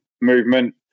movement